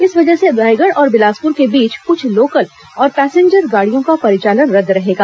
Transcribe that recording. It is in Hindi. इस वजह से रायगढ़ और बिलासपुर के बीच कुछ लोकल और पैसेंजर गाड़ियों का परिचालन रद्द रहेगा